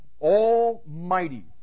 Almighty